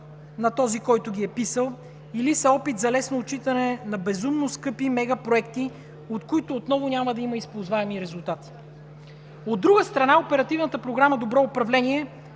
на този, който ги е писал, или са опит за лесно отчитане на безумно скъпи мегапроекти, от които отново няма да има използваеми резултати. От друга страна, Оперативната